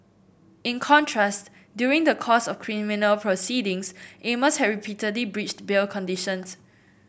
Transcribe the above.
in contrast during the course of criminal proceedings Amos had repeatedly breached bail conditions